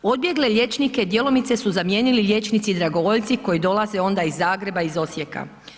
Odbjegle liječnike djelomice su zamijenili liječnici dragovoljci koji dolaze onda iz Zagreba iz Osijeka.